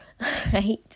right